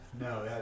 No